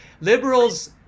Liberals